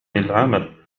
العمل